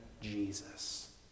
Jesus